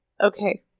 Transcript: okay